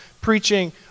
preaching